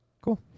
Cool